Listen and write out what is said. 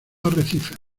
arrecifes